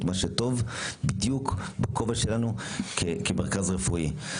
מה שטוב בדיוק בכובע שלנו כמרכז רפואי.